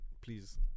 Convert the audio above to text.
please